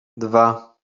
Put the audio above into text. dwa